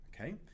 Okay